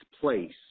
place